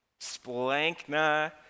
Splankna